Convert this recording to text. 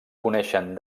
coneixen